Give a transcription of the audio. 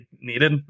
needed